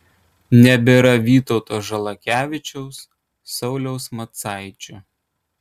nebėra vytauto žalakevičiaus sauliaus macaičio